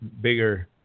bigger